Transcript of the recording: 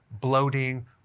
bloating